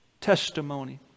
testimony